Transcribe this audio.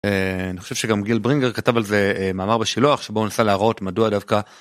אני חושב שגם גיל ברינגר כתב על זה מאמר בשילוח בוא ננסה להראות מדוע דווקא.